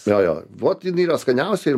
jo jo vot jin yra skaniausia ir